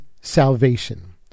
salvation